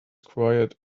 quiet